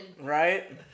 Right